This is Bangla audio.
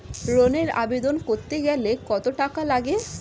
ঋণের আবেদন করতে গেলে কত টাকা লাগে?